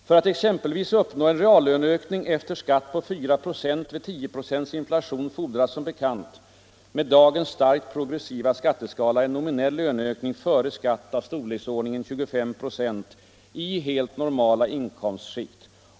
För att exempelvis uppnå en reallöneökning efter skatt på 4 96 vid 10 96 inflation fordras som bekant med dagens starkt progressiva skatteskala en nominell löneökning före skatt av storleksordningen 25 procent i helt ”normala” inkomstskikt.